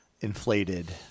inflated